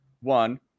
One